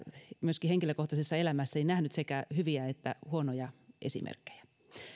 myöskin henkilökohtaisessa elämässäni nähnyt sekä hyviä että huonoja esimerkkejä jos